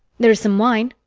there is some wine.